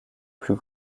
plus